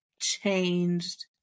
changed